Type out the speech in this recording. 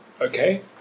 Okay